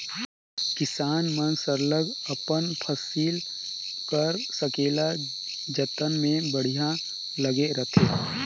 किसान मन सरलग अपन फसिल कर संकेला जतन में बड़िहा लगे रहथें